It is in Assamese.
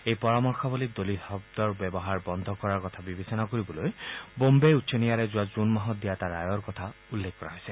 এই পৰামৰ্শাৱলীত দলিত শব্দৰ ব্যৱহাৰ বন্ধ কৰাৰ কথা বিবেচনা কৰিবলৈ বোম্বে উচ্চ ন্যায়ালয়ে যোৱা জুন মাহত দিয়া এটা ৰায়ৰ কথা উল্লেখ কৰা হৈছে